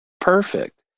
perfect